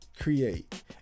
create